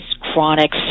chronic